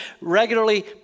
regularly